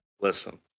Listen